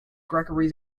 gregory